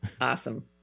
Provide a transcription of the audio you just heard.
Awesome